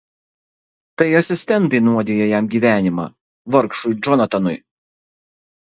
tai asistentai nuodija jam gyvenimą vargšui džonatanui